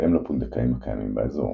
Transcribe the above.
בהתאם לפונדקאים הקיימים באזור